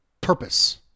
purpose